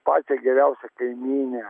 patį geriausią kaimynę